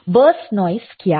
burst noise क्या है